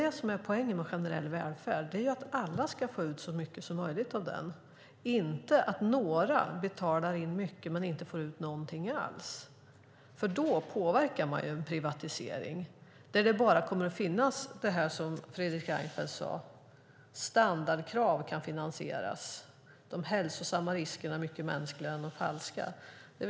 Poängen med generell välfärd är att alla ska få ut så mycket som möjligt av den och inte att några betalar in mycket men inte får ut någonting alls. Då påverkar man ju en privatisering där det kommer att vara så som Fredrik Reinfeldt sade: Standardkrav kan finansieras. De hälsosamma riskerna är mycket mänskligare än den falska tryggheten.